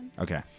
Okay